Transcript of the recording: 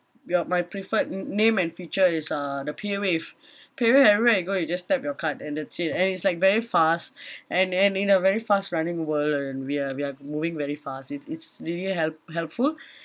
your my preferred n~ name and feature is uh the paywave paywave everywhere you go you just tap your card and that's it and it's like very fast and and in a very fast running world uh and we are we are moving very fast it's it's really help~ helpful